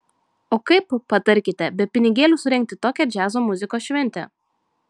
o kaip patarkite be pinigėlių surengti tokią džiazo muzikos šventę